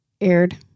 aired